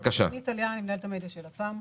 אני מנהלת המדיה של לפ"מ.